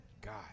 God